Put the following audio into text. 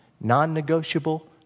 non-negotiable